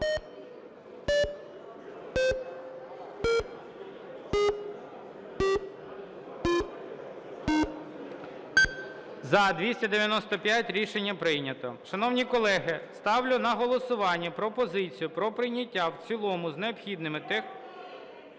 За-295 Рішення прийнято. Шановні колеги ставлю на голосування пропозицію про прийняття в цілому з необхідними…